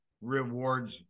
rewards